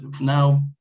now